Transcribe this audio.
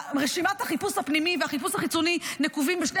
רשימת החיפוש הפנימי והחיפוש החיצוני נקובים בשני